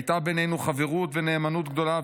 הייתה בינינו חברות ונאמנות גדולה,